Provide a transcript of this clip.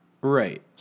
right